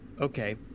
okay